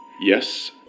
Yes